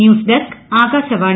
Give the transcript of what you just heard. news desk Akashvani